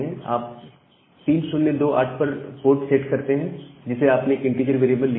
आप 3028 पर port setup करते हैं जिसे आपने एक इंटीजर वेरिएबल लिया है